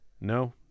No